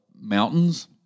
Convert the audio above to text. mountains